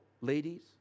ladies